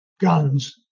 guns